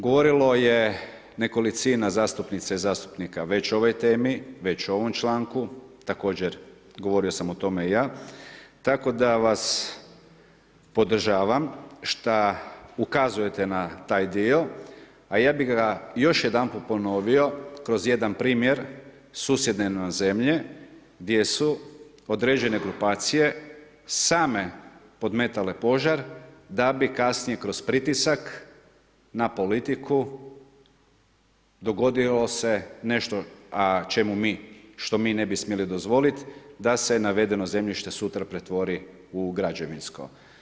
Govorilo je nekolicina zastupnika i zastupnika već o ovoj temi, već o ovom članku, također govorio sam o tome i ja, tako da vas podržavam šta ukazujete na taj dio, a ja bih ga još jedanput ponovio kroz jedan primjer susjedne nam zemlje gdje su određene grupacije same podmetale požar da bi kasnije kroz pritisak na politiku dogodio se nešto što mi ne bi smjeli dozvoliti da se navedeno zemljište sutra pretvori u građevinsko.